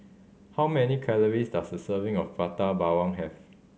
how many calories does a serving of Prata Bawang have